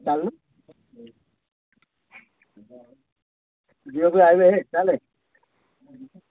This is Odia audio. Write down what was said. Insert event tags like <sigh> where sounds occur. ଚାଲୁନୁ <unintelligible> ଆସିବେ ହେ ଚାଲ